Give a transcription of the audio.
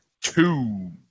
two